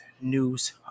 news